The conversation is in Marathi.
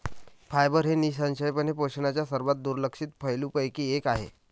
फायबर हे निःसंशयपणे पोषणाच्या सर्वात दुर्लक्षित पैलूंपैकी एक आहे